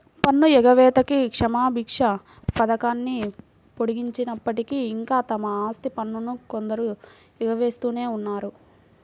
పన్ను ఎగవేతకి క్షమాభిక్ష పథకాన్ని పొడిగించినప్పటికీ, ఇంకా తమ ఆస్తి పన్నును కొందరు ఎగవేస్తూనే ఉన్నారు